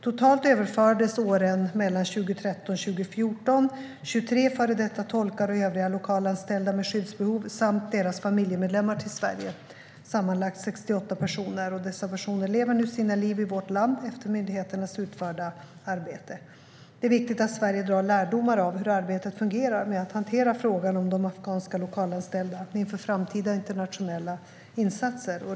Under 2013 och 2014 överfördes totalt 23 före detta tolkar och övriga lokalanställda med skyddsbehov samt deras familjemedlemmar till Sverige - sammanlagt 68 personer. Dessa personer lever nu sina liv i vårt land, efter myndigheternas utförda arbete. Det är viktigt att Sverige drar lärdomar av hur arbetet fungerar med att hantera frågan om de afghanska lokalanställda inför framtida internationella insatser.